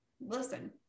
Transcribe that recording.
listen